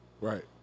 right